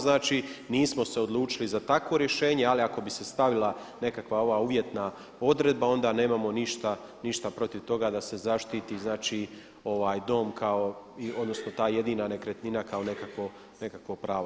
Znači nismo se odlučili za takvo rješenje, ali ako bi se stavila nekakva ova uvjetna odredba onda nemamo ništa protiv toga da se zaštiti znači dom kao, odnosno ta jedina nekretnina kao nekakvo pravo.